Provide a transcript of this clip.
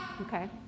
Okay